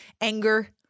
anger